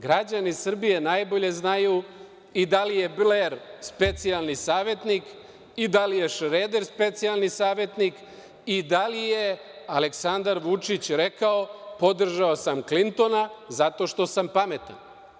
Građani Srbije najbolje znaju i da li je Bler specijalni savetnik i da li je Šreder specijalni savetnik i da li je Aleksandar Vučić rekao – podržao sam Klintona zato što sam pametan.